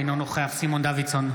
אינו נוכח סימון דוידסון,